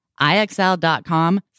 IXL.com